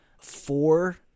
four